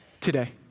today